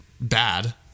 bad